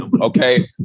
Okay